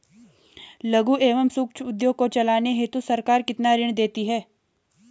लघु एवं सूक्ष्म उद्योग को चलाने हेतु सरकार कितना ऋण देती है?